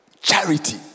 Charity